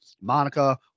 Monica